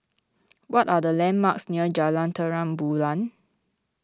what are the landmarks near Jalan Terang Bulan